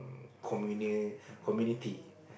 communi~ community